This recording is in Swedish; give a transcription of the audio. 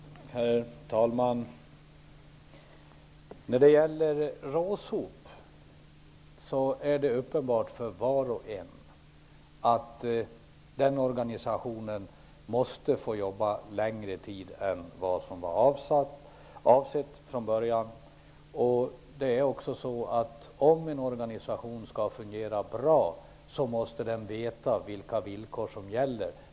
Herr talman! När det gäller RÅSOP är det uppenbart för var och en att den organisationen måste få arbeta längre tid än som från början avsågs. Om en organisation skall fungera bra, måste den veta vilka villkor som gäller.